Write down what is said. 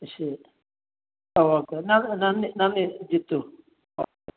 ശരി അ ഓക്കെ നന്ദി നന്ദി ജിത്തു ഓക്കെ